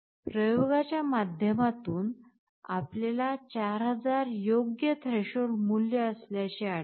प्रयोगाच्या माध्यमातून आपल्याला 4000 योग्य थ्रेशहोल्ड मूल्य असल्याचे आढळले